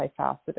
multifaceted